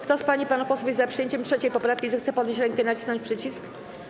Kto za pań i panów posłów jest za przyjęciem 3. poprawki, zechce podnieść rękę i nacisnąć przycisk.